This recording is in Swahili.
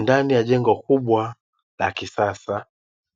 Ndani ya jengo kubwa la kisasa